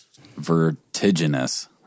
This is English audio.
Vertiginous